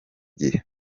gihe